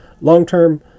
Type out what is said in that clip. long-term